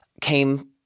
Came